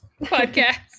podcast